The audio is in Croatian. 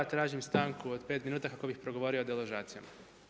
Tražim stanku od pet minuta kako bih progovorio o deložacijama.